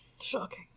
Shocking